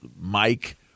Mike